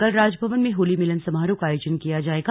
कल राजभवन में होली मिलन समारोह का आयोजन किया जाएगा